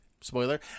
spoiler